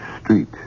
street